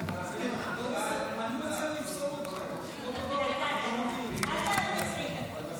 של הבנקים ובין הצרכים של הלקוחות והשירות שניתן להם.